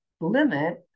limit